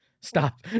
Stop